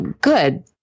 good